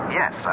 yes